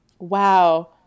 wow